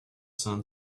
sun